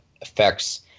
effects